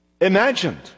imagined